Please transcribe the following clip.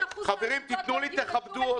95% מן הזוגות קיבלו פתרון?